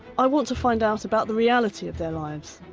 i want to find out about the reality of their lives.